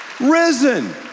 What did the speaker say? risen